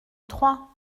trois